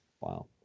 Wow